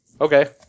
okay